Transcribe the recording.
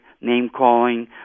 name-calling